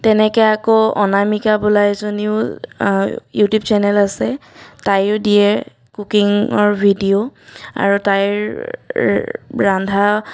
তেনেকৈ আকৌ অনামিকা বোলা এজনীও ইউটিউব চেনেল আছে তাইয়ো দিয়ে কুকিঙৰ ভিডিঅ' আৰু তাইৰ ৰন্ধা